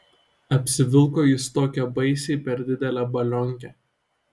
apsivilko jis tokią baisiai per didelę balionkę